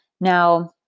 Now